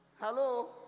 Hello